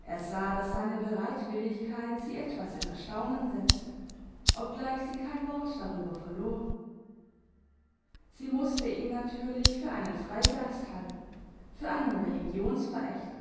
er sah dass seine bereitwilligkeit sie etwas in erstaunen setzte obgleich sie kein wort darüber verlor sie musste ihn natürlich für einen freigeist halten für einen religionsverächter